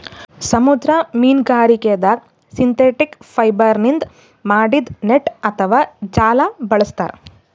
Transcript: ಸಮುದ್ರ ಮೀನ್ಗಾರಿಕೆದಾಗ್ ಸಿಂಥೆಟಿಕ್ ಫೈಬರ್ನಿಂದ್ ಮಾಡಿದ್ದ್ ನೆಟ್ಟ್ ಅಥವಾ ಜಾಲ ಬಳಸ್ತಾರ್